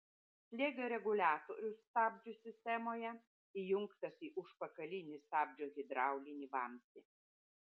slėgio reguliatorius stabdžių sistemoje įjungtas į užpakalinį stabdžio hidraulinį vamzdį